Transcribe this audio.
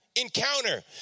Encounter